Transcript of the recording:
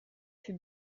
fut